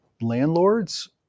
landlords